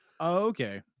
okay